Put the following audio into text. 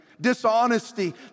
Dishonesty